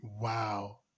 wow